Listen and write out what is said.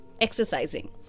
exercising